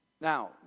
Now